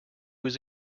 was